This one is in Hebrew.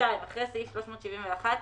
(2)אחרי סעיף 371 יבוא: